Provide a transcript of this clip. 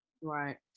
Right